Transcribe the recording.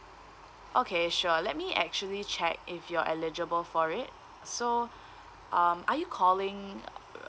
okay sure let me actually check if you're eligible for it so um are you calling